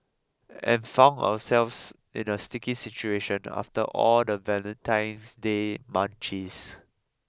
and found ourselves in a sticky situation after all the Valentine's Day munchies